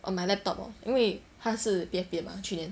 on my laptop hor 因为他是别别吗去年